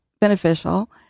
beneficial